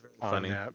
funny